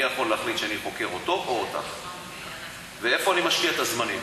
אני יכול להחליט שאני חוקר אותו או אותך ואיפה אני משקיע את הזמנים.